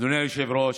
אדוני היושב-ראש,